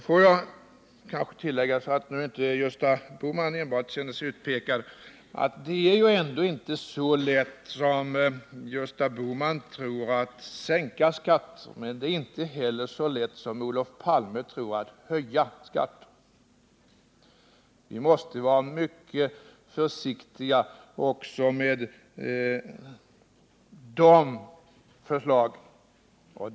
Får jag kanske tillägga, för att nu inte enbart Gösta Bohman skall känna sig utpekad, att det ändå inte är så lätt som Gösta Bohman tror att sänka skatterna och att det inte heller är så lätt som Olof Palme tror att höja skatterna. Vi måste vara mycket försiktiga också med sådana förslag.